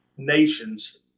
nations